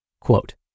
Quote